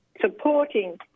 supporting